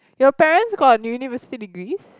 your parents got university degrees